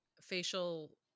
facial